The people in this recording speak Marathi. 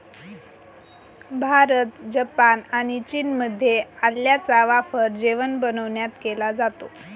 भारत, जपान आणि चीनमध्ये आल्याचा वापर जेवण बनविण्यात केला जातो